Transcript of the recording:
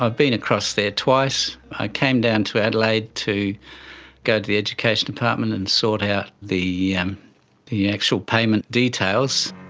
ah been across there twice. i came down to adelaide to go to the education department and sort out the um the actual payment details.